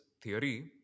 theory